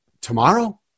tomorrow